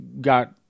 got